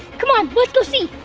come on let's go see!